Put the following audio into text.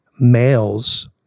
males